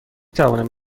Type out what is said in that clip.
توانم